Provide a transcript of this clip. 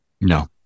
No